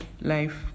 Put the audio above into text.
life